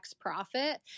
profit